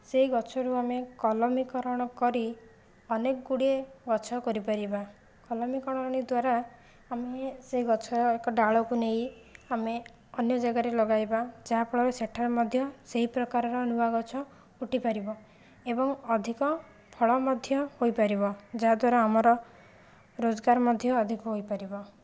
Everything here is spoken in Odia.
ସେହି ଗଛରୁ ଆମେ କଲମିକରଣ କରି ଅନେକ ଗୁଡ଼ିଏ ଗଛ କରିପାରିବା କଲମିକରଣି ଦ୍ଵାରା ଆମେ ସେ ଗଛର ଏକ ଡାଳକୁ ନେଇ ଆମେ ଅନ୍ୟ ଜାଗାରେ ଲଗାଇବା ଯାହାଫଳରେ ସେଠାରେ ମଧ୍ୟ ସେହି ପ୍ରକାରର ନୂଆ ଗଛ ଉଠିପାରିବ ଏବଂ ଅଧିକ ଫଳ ମଧ୍ୟ ହୋଇପାରିବ ଯାହାଦ୍ୱାରା ଆମର ରୋଜଗାର ମଧ୍ୟ ଅଧିକ ହୋଇପାରିବ